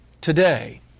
today